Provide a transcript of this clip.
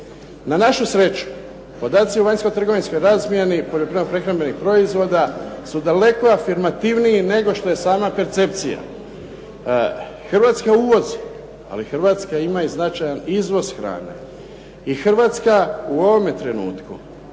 Na našu sreću podaci o vanjsko-trgovinskoj razmjeni poljoprivredno-prehrambenih proizvoda su daleko afirmativniji nego što je sama percepcija. Hrvatska uvozi ali Hrvatska ima i značajan izvoz hrane i Hrvatska u ovome trenutku